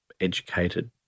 educated